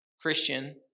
Christian